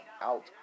out